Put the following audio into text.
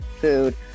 food